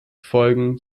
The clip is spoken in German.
folgen